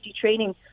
training